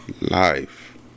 life